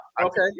Okay